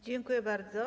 Dziękuję bardzo.